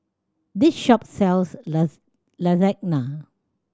this shop sells Lasagna